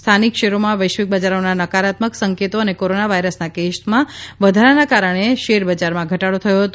સ્થાનિક શેરોમાં વૈશ્વિક બજારોના નકારાત્મક સંકેતો અને કોરોના વાયરસના કેસમાં વધારાના કારણે શેરબજારમાં ઘટાડો થયો હતો